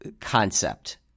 concept